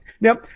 Now